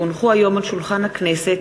כי הונחו היום על שולחן הכנסת,